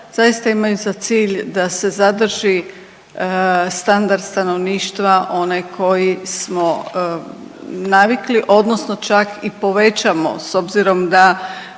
zaista imaju za cilj da se zadrži standard stanovništva onaj koji smo navikli odnosno čak i povećamo s obzirom da